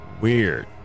weird